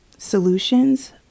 solutions